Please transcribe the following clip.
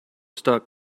stuck